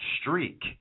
streak